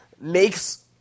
makes